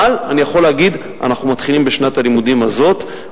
אבל אני יכול להגיד שאנחנו מתחילים בשנת הלימודים הזאת,